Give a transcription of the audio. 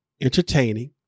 entertaining